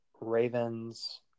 Ravens